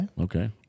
Okay